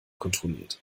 kontrolliert